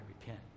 repent